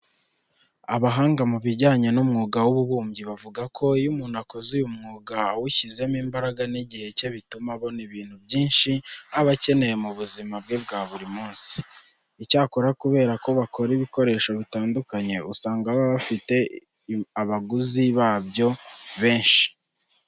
Abahanga mu bijyanye n'umwuga w'ububumbyi bavuga ko iyo umuntu akoze uyu mwuga awushyizemo imbaraga n'igihe cye bituma abona ibintu byinshi aba akeneye mu buzima bwe bwa buri munsi. Icyakora kubera ko bakora ibikoresho bitandukanye, usanga baba bafite abaguzi babyo benshi.